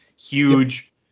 huge